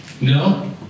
No